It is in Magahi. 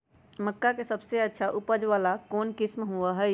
मक्का के सबसे अच्छा उपज वाला कौन किस्म होई?